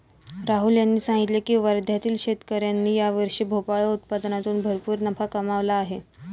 राहुल यांनी सांगितले की वर्ध्यातील शेतकऱ्यांनी यावर्षी भोपळा उत्पादनातून भरपूर नफा कमावला आहे